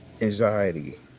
anxiety